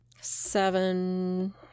seven